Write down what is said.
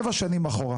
7 שנים אחורה.